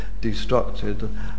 destructed